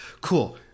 Cool